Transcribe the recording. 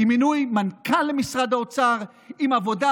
עם מינוי מנכ"ל למשרד האוצר, עם עבודה